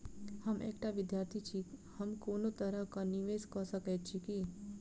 हम एकटा विधार्थी छी, हम कोनो तरह कऽ निवेश कऽ सकय छी की?